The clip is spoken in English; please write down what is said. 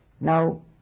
now